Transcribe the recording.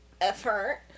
effort